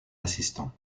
assistant